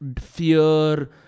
fear